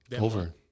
Over